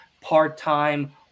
part-time